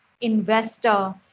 investor